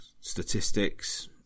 statistics